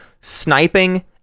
sniping